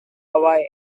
hawaii